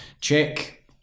Check